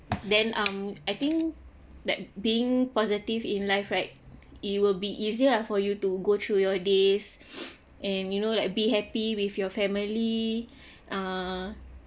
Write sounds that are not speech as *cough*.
then um I think that being positive in life right it will be easier for you to go through your days *breath* and you know like be happy with your family uh